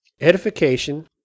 edification